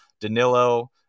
Danilo